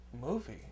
movie